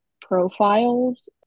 profiles